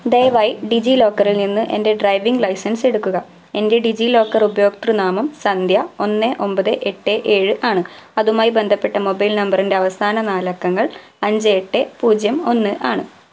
ദയവായി ഡിജിലോക്കറിൽ നിന്ന് എൻ്റെ ഡ്രൈവിംഗ് ലൈസൻസ് എടുക്കുക എൻ്റെ ഡിജിലോക്കർ ഉപയോക്തൃനാമം സന്ധ്യ ഒന്ന് ഒമ്പത് എട്ട് ഏഴ് ആണ് അതുമായി ബന്ധപ്പെട്ട മൊബൈൽ നമ്പറിൻ്റെ അവസാന നാലക്കങ്ങൾ അഞ്ച് എട്ട് പൂജ്യം ഒന്ന് ആണ്